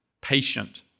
patient